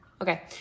okay